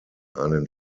einen